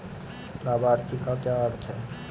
लाभार्थी का क्या अर्थ है?